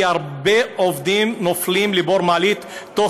כי הרבה עובדים נופלים לבור המעלית תוך